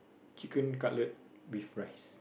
chicken cutlet with rice